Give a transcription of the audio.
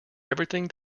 everything